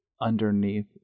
underneath